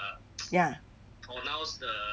ya